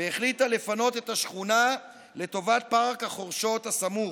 והחליטה לפנות את השכונה לטובת פארק החורשות הסמוך.